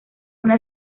una